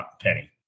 penny